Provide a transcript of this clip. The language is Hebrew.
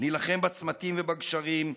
נילחם בצמתים ובגשרים,